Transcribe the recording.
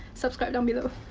subscribe down below.